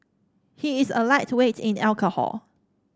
he is a lightweight in alcohol